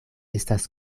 estas